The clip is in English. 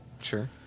Sure